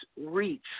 reach